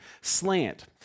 slant